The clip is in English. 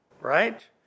right